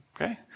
okay